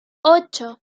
ocho